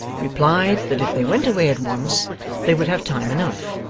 replied that if they went away at once they would have time enough,